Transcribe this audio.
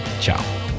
Ciao